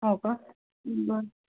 हो का बरं